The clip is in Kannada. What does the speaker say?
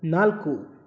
ನಾಲ್ಕು